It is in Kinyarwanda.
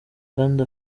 kandi